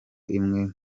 imwe